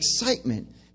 excitement